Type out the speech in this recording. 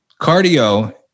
Cardio